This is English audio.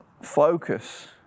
focus